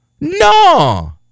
No